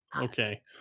Okay